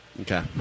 Okay